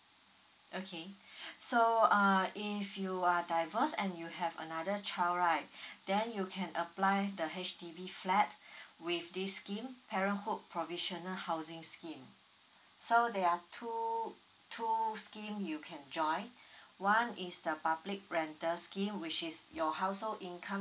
okay so uh if you are divorce and you have another child right then you can apply the H_D_B flat with this scheme parenthood provisional housing scheme so there are two two scheme you can join one is the public rental scheme which is your household income